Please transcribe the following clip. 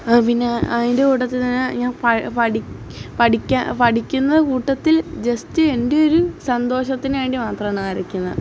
പിന്നെ അതിന്റെ കൂടെ തന്നെ ഞാൻ പ പഠി പഠിയ്ക്ക് പഠിയ്ക്കുന്ന കൂട്ടത്തിൽ ജസ്റ്റ് എന്റെ ഒര് സന്തോഷത്തിനു വേണ്ടി മാത്രമാണ് വരയ്ക്കുന്നത്